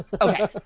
Okay